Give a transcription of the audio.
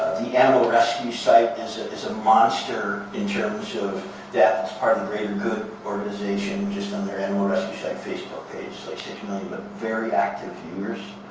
the animal rescue site is ah is a monster in terms of depth. it's part of the greater good organization, just on their animal rescue site facebook page, like six million, but very active viewers.